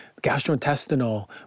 gastrointestinal